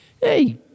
Hey